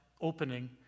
opening